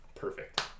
perfect